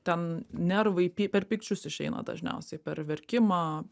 ten nervai py per pykčius išeina dažniausiai per verkimą